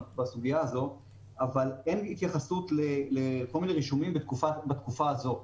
אבל אין כל מיני רישומים לתקופה הזאת.